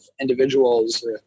individuals